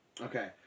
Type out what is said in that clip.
Okay